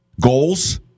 goals